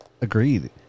Agreed